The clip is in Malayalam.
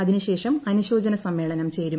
അതിനുശേഷം അനുശോചന സമ്മേളനം ചേരും